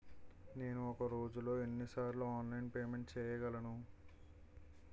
నేను ఒక రోజులో ఎన్ని సార్లు ఆన్లైన్ పేమెంట్ చేయగలను?